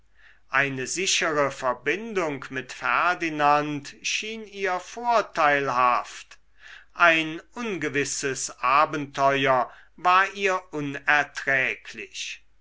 eine sichere verbindung mit ferdinand schien ihr vorteilhaft ein ungewisses abenteuer war ihr unerträglich